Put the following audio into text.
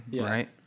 right